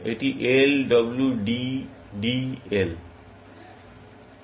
এটি L W D D L